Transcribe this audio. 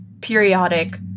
periodic